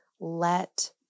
let